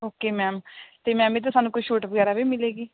okay ma'am ਅਤੇ ma'am ਇਹ 'ਤੇ ਸਾਨੂੰ ਕੋਈ ਛੂਟ ਵਗੈਰਾ ਵੀ ਮਿਲੇਗੀ